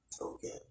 Okay